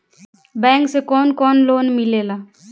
Bank से कौन कौन लोन मिलेला?